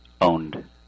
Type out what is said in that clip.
owned